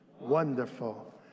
Wonderful